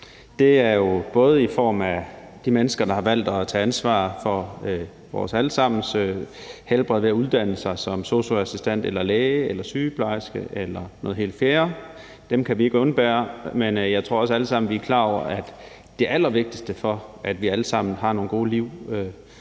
Det er jo både i form af de mennesker, der har valgt at tage ansvar for vores alle sammens helbred ved at uddanne sig som sosu-assistent eller læge eller sygeplejerske eller noget helt fjerde – dem kan vi ikke undvære – men jeg tror også, at vi alle sammen er klar over, at det allervigtigste for, at vi alle sammen har et godt liv